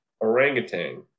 orangutan